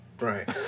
Right